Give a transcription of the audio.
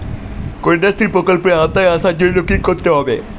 কন্যাশ্রী প্রকল্পের আওতায় আসার জন্য কী করতে হবে?